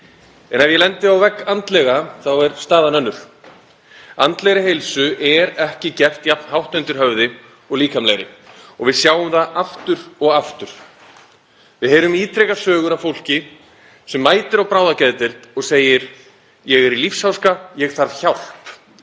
en ef ég lendi á vegg andlega þá er staðan önnur. Andlegri heilsu er ekki gert jafn hátt undir höfði og líkamlegri og við sjáum það aftur og aftur. Við heyrum ítrekað sögur af fólki sem mætir á bráðageðdeild og segir: Ég er í lífsháska, ég þarf hjálp.